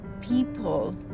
people